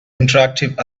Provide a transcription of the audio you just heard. interactive